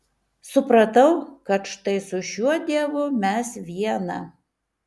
supratau kad štai su šiuo dievu mes viena